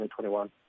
2021